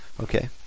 Okay